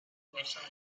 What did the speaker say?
diverses